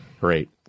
Great